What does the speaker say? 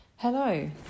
Hello